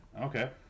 Okay